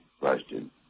question